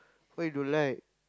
why you don't like